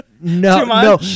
no